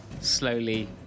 slowly